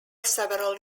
several